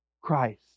Christ